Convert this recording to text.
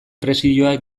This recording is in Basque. presioa